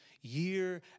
year